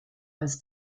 als